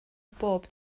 bob